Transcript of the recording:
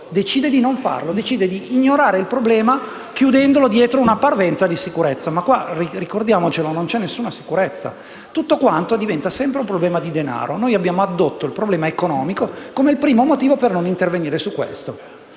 decide di non farlo, di ignorare il problema, chiudendolo dietro una parvenza di sicurezza. Ma ricordiamo che qui non c'è alcuna sicurezza e tutto diventa sempre un problema di denaro. Noi abbiamo addotto il problema economico come il primo motivo per non intervenire su questo.